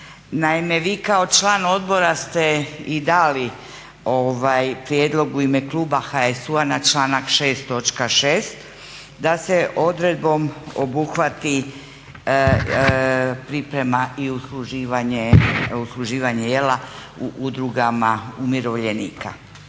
Naime, vi kao član Odbora ste i dali prijedlog u ime kluba HSU-a na članak 6. točka 6. da se odredbom obuhvati priprema i usluživanje jela u udrugama umirovljenika.